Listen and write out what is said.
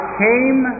came